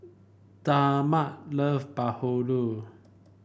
Dagmar love bahulu